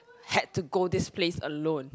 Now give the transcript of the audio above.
had to go this place alone